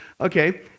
Okay